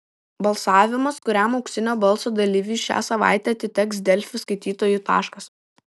balsavimas kuriam auksinio balso dalyviui šią savaitę atiteks delfi skaitytojų taškas